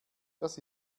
das